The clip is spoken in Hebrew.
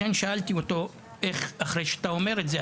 לכן שאלתי אותו: איך אחרי שאתה אומר את זה,